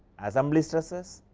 assembly stresses,